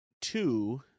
two